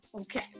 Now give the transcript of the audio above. okay